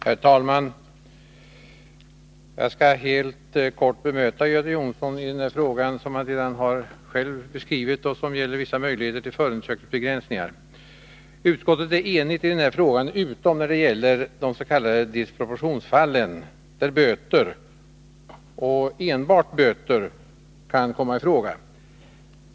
Herr talman! Jag skall helt kort bemöta Göte Jonssons synpunkter i denna fråga, som gäller vissa möjligheter till förundersökningsbegränsningar. Utskottet är enigt utom när det gäller de s.k. disproportionsfallen där enbart böter kan komma i fråga.